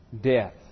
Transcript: death